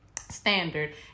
standard